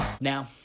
Now